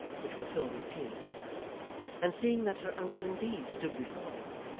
which were filled with tears and seeing that her uncle indeed stood before them,